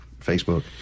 Facebook